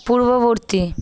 পূর্ববর্তী